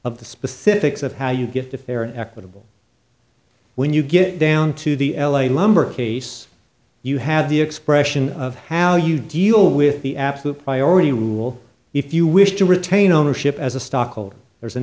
of the specifics of how you get to fair and equitable when you get down to the l a lumber case you have the expression of how you deal with the absolute priority rule if you wish to retain ownership as a stockholder there is an